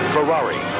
Ferrari